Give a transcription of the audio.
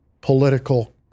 political